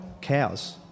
cows